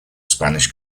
spanish